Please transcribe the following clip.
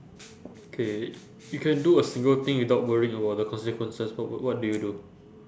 K you can do a single thing without worrying about the consequences wha~ wha~ what do you do